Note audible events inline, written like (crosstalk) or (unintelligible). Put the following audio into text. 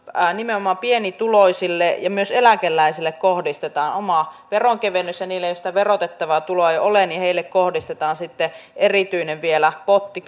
nimenomaan pienituloisille ja myös eläkeläisille kohdistetaan oma veronkevennys ja niille joilla sitä verotettavaa tuloa ei ole kohdistetaan sitten vielä erityinen potti (unintelligible)